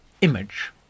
image